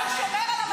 אצלכם זה לא עבד.